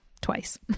twice